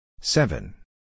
Seven